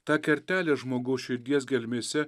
ta kertelė žmogaus širdies gelmėse